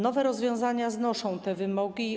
Nowe rozwiązania znoszą te wymogi.